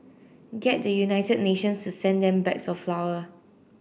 get the United Nations to send them bags of flour